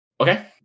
Okay